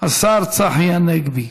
השר צחי הנגבי.